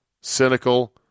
cynical